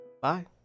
Bye